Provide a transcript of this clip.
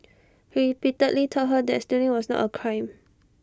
he repeatedly told her that stealing was not A crime